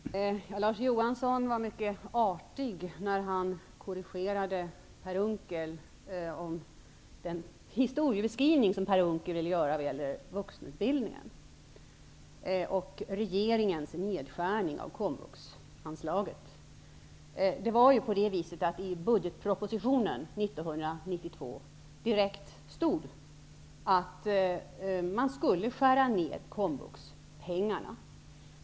Herr talman! Larz Johansson var mycket artig när han korrigerade Per Unckels historieskrivning beträffande vuxenutbildningen och regeringens nedskärning av komvuxanslaget. Det var ju så att det i budgetpropositionen 1992 direkt stod att man skulle skära ner komvuxpengarna.